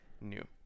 new